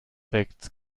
weckt